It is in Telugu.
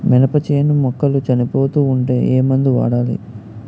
మినప చేను మొక్కలు చనిపోతూ ఉంటే ఏమందు వాడాలి?